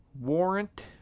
Warrant